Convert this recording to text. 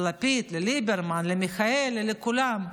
ללפיד, לליברמן למיכאלי, לכולם,